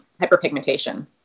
hyperpigmentation